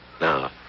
Now